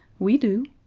we do,